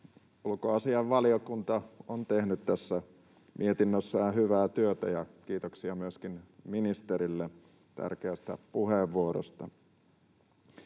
Ulkoasiainvaliokunta on tehnyt tässä mietinnössään hyvää työtä, ja kiitoksia myöskin ministerille tärkeästä puheenvuorosta.